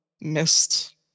missed